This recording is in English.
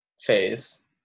phase